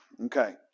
Okay